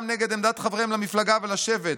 גם נגד עמדת חבריהם למפלגה ולשבט.